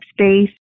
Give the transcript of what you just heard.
space